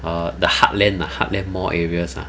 uh the heartland heartland mall areas ah